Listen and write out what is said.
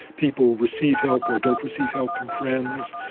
people receive help or don't receive help from friends.